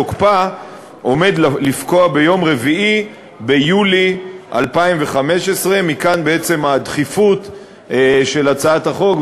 ועומד לפקוע ביום 4 ביולי 2015. מכאן בעצם הדחיפות של הצעת החוק,